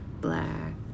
black